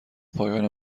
پایان